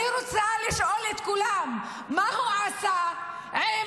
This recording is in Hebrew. אני רוצה לשאול את כולם מה הוא עשה עם